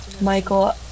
michael